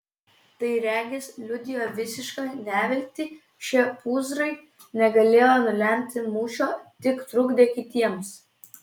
tai regis liudijo visišką neviltį šie pūzrai negalėjo nulemti mūšio tik trukdė kitiems